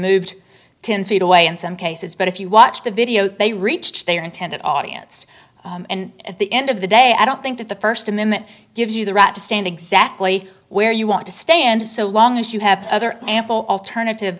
moved ten feet away in some cases but if you watch the video they reach their intended audience and at the end of the day i don't think that the first amendment gives you the right to stand exactly where you want to stand so long as you have other ample alternative